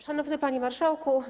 Szanowny Panie Marszałku!